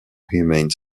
humane